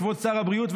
כבוד שר הבריאות,